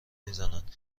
میزنند